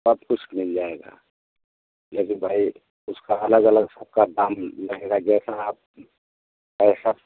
सबकुछ मिल जाएगा लेकिन भाई उसका अलग अलग सबका दाम लगेगा जैसा आप पैसा